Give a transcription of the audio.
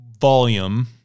volume